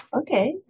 Okay